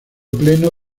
pleno